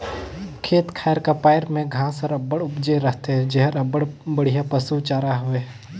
खेत खाएर का पाएर में घांस हर अब्बड़ उपजे रहथे जेहर अब्बड़ बड़िहा पसु चारा हवे